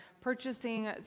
purchasing